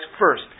first